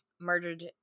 murdered